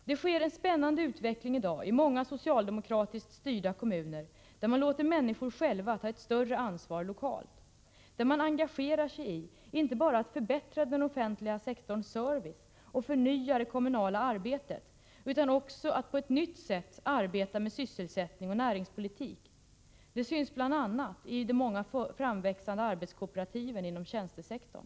Det sker en spännande utveckling i dag i många socialdemokratiskt styrda kommuner, där man låter människor själva ta ett större ansvar lokalt, där man engagerar sig, inte bara i att förbättra den offentliga sektorns service och förnya det kommunala arbetet, utan också i att på ett nytt sätt arbeta med sysselsättning och näringspolitik. Det syns bl.a. i de många framväxande arbetskooperativen inom tjänstesektorn.